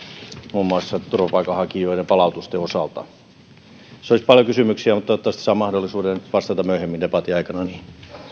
muun muassa turvapaikanhakijoiden palautusten osalta tässä oli paljon kysymyksiä mutta toivottavasti saan mahdollisuuden vastata myöhemmin debatin aikana niihin